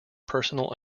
personal